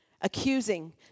accusing